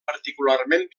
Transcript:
particularment